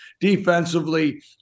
Defensively